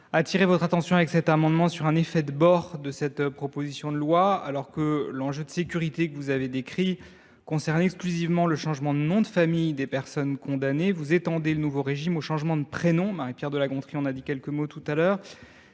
attirer votre attention sur un effet de bord de la présente proposition de loi. Alors que l’enjeu de sécurité que vous avez décrit concerne exclusivement le changement de nom de famille des personnes condamnées, vous étendez le nouveau régime au changement de prénom ; Marie Pierre de La Gontrie y a fait référence tout à l’heure.